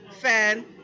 fan